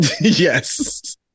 Yes